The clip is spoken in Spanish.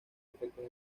efectos